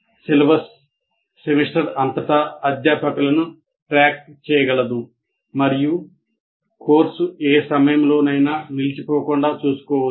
syllabus semester అంతటా అధ్యాపకులను track చేయగలదు మరియు కోర్సు ఏ సమయంలోనైనా నిలిచిపోకుండా చూసుకోవచ్చు